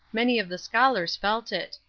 many of the scholars felt it.